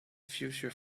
future